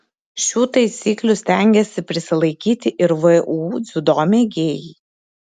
šių taisyklių stengiasi prisilaikyti ir vu dziudo mėgėjai